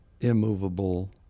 immovable